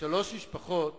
שלוש משפחות